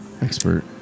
expert